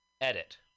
Edit